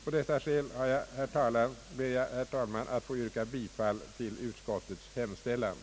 På dessa skäl ber jag, herr talman, att få yrka bifall till utskottets hemställan.